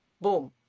Boom